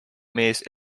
mees